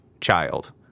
child